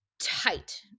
tight